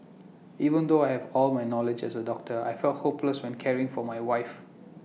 even though I have all my knowledge as A doctor I felt hopeless when caring for my wife